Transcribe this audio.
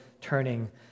turning